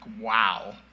wow